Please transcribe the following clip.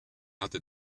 hatte